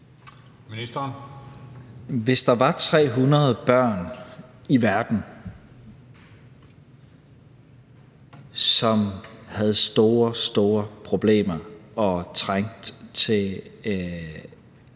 Hvis der var 300 børn i verden, som havde store, store problemer og trængte til en